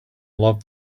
loved